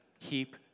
keep